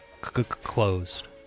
closed